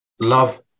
love